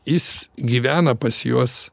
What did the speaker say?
jis gyvena pas juos